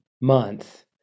month